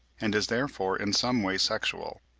and is therefore in some way sexual.